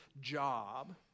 job